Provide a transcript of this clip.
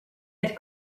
had